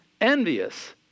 envious